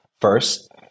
first